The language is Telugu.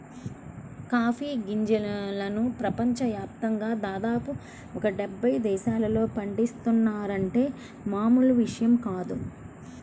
కాఫీ గింజలను ప్రపంచ యాప్తంగా దాదాపు ఒక డెబ్బై దేశాల్లో పండిత్తున్నారంటే మామూలు విషయం కాదు